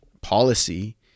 policy